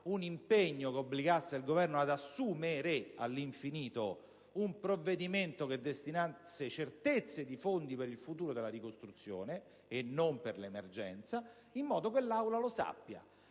un impegno che obbligasse il Governo ad assumere - all'infinito - un provvedimento che destinasse certezze di fondi per il futuro della ricostruzione e non per l'emergenza. L'intervento del